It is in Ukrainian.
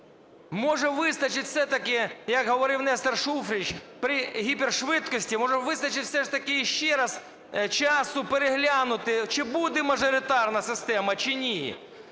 Може, вистачить все-таки, як говорив Нестор Шуфрич, при гіпершвидкості, може, вистачить все ж таки ще раз часу переглянути, чи буде мажоритарна система, чи ні?